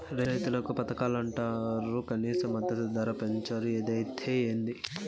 రైతులకి పథకాలంటరు కనీస మద్దతు ధర పెంచరు ఏదైతే ఏంది